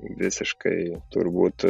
visiškai turbūt